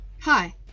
Hi